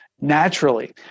naturally